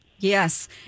Yes